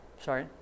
sorry